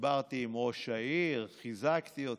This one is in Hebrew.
דיברתי עם ראש העיר, חיזקתי אותו.